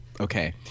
Okay